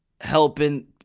Helping